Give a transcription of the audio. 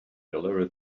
deliver